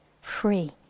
free